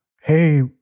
hey